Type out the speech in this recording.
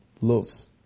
loves